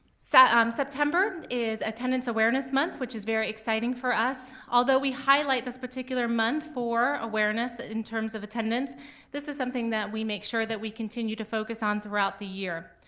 um september is attendance awareness month which is very exciting for us. although we highlight this particular month for awareness in terms of attendance this is something that we make sure that we continue to focus on throughout the year.